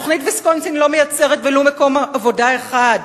תוכנית ויסקונסין לא מייצרת ולו מקום עבודה אחד.